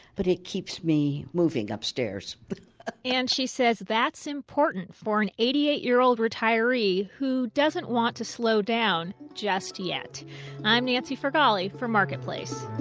but it keeps me moving upstairs and she says, that's important for an eighty eight year old retiree who doesn't want to slow down just yet i'm nancy farghalli for marketplace